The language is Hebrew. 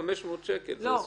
הסכום 2,500 שקלים נבחר